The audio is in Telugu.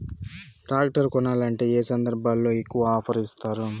టాక్టర్ కొనాలంటే ఏ సందర్భంలో ఎక్కువగా ఆఫర్ ఇస్తారు?